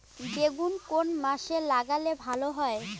বেগুন কোন মাসে লাগালে ভালো হয়?